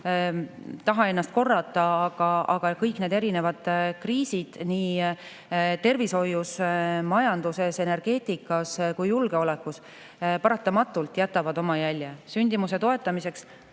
taha ennast korrata, aga kõik need erinevad kriisid tervishoius, majanduses, energeetikas ja julgeolekus paratamatult jätavad oma jälje. Sündimuse toetamiseks